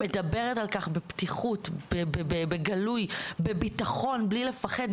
מדברת על כך בפתיחות, בגלוי, בביטחון, בלי לפחד.